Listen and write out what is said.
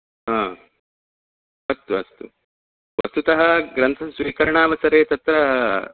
हा अस्तु अस्तु वस्तुतः ग्रन्थस्वीकरणावसरे तत्र